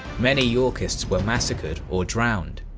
many yorkists were massacred or drowned.